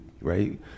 right